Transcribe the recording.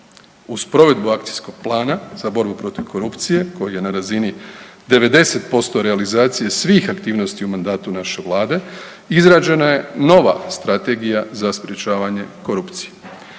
Uz provedbu Akcijskog plana za borbu protiv korupcije koji je na razini 90% realizacije svih aktivnosti u mandatu naše Vlade, izrađena je nova Strategija za sprječavanje korupcije.